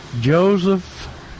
Joseph